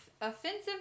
offensive